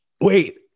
wait